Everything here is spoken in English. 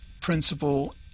principle